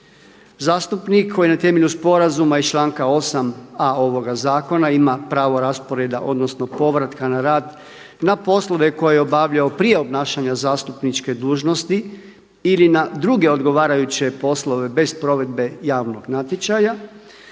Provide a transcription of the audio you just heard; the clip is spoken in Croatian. Zastupnik koji na temelju sporazuma i članka 8.a ovoga zakona ima pravo rasporeda odnosno povrataka na rad na poslove koje je obavljao prije obnašanja zastupničke dužnosti ili na druge odgovarajuće poslove bez provedbe javnog natječaja,